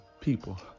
people